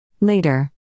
Later